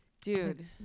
Dude